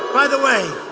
by the way,